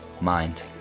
Mind